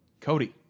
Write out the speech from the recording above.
Cody